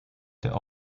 der